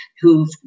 who've